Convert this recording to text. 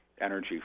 energy